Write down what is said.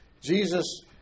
jesus